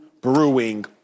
brewing